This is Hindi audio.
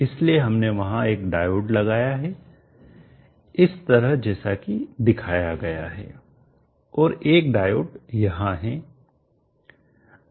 इसलिए हमने वहां एक डायोड लगाया है इस तरह जैसा कि दिखाया गया है और एक डायोड यहां है